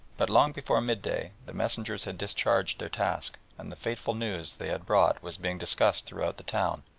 but long before mid-day the messengers had discharged their task, and the fateful news they had brought was being discussed throughout the town.